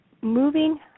Moving